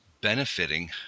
benefiting